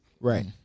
Right